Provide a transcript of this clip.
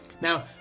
Now